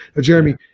Jeremy